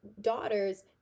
daughters